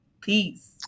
peace